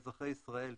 לאזרחי ישראל תיפתח,